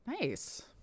Nice